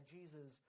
Jesus